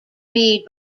made